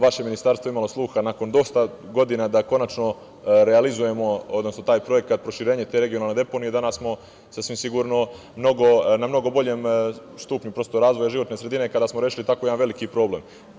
Vaše Ministarstvo je imalo sluha nakon dosta godina da konačno realizujemo, odnosno taj projekat proširenje te regionalne deponije danas smo sasvim sigurno na mnogo boljem stupnju, razvoju životne sredine kada smo rešili tako jedan veliki problem.